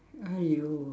!aiyo!